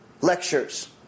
lectures